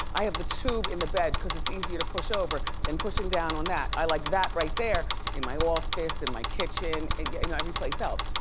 i have the tube in the bed cause it's easier to push over. then pushing down on that. i like that right there in my office, in my kitchen, and yeah you know every place else.